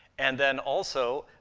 and then also,